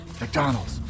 McDonald's